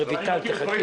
אני אתן לך.